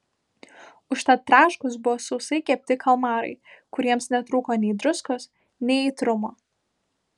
užtat traškūs buvo sausai kepti kalmarai kuriems netrūko nei druskos nei aitrumo